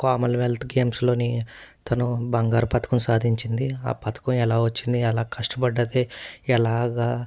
Commonwealth గేమ్స్లోని తను బంగారు పతకం సాధించింది ఆ పథకం ఎలా వచ్చింది ఎలా కష్టపడ్డది ఎలాగా